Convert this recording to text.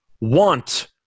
want